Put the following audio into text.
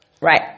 Right